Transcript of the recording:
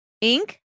Ink